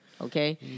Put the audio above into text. Okay